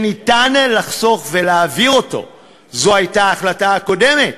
שאפשר לחסוך ולהעביר, זו הייתה ההחלטה הקודמת,